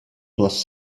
plus